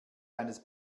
eines